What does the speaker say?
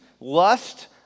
lust